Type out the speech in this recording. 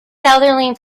southerly